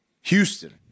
Houston